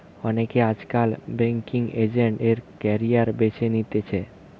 অনেকে আজকাল banking agent এর ক্যারিয়ার বেছে নিতেছে